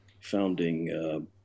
founding